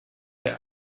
der